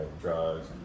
drugs